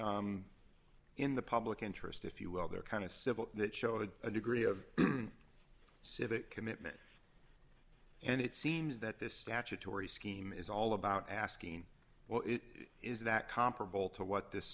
in the public interest if you will they're kind of civil that shows a degree of civic commitment and it seems that this statutory scheme is all about asking well it is that comparable to what this